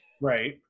Right